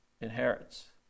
inherits